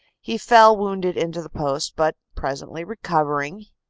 he fell wounded into the post, but presently recovering,